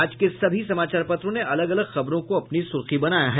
आज के सभी समाचार पत्रों ने अलग अलग खबरों को अपनी सुर्खी बनाया है